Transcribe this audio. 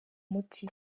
umuti